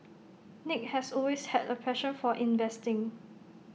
nick has always had A passion for investing